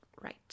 Right